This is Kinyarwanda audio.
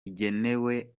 igenewe